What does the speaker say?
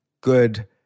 good